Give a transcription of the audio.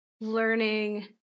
learning